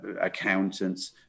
accountants